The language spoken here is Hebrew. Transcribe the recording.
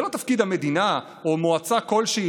זה לא תפקיד המדינה או מועצה כלשהי